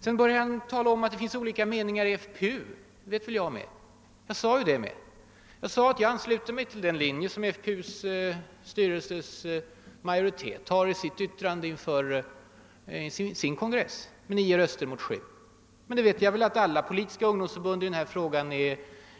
Sedan börjar herr Hugosson tala om alt det finns olika meningar inom FPU. Det vet jag också. Jag sade att jag ansluter mig till den linje som majoriteten av FPU:s styrelse anslöt sig till inför sin kongress med 9 röster mot 7. Jag är medveten om att nästan alla politiska ungdomsförbund är splittrade i